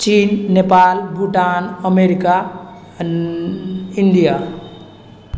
चीन Nepal Bhutan America India